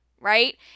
Right